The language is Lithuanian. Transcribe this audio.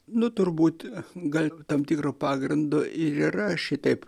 nu turbūt gal tam tikro pagrindo ir yra šitaip